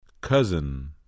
Cousin